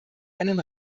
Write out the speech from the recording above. einen